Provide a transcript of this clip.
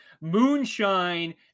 moonshine